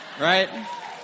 Right